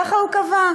ככה הוא קבע.